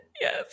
Yes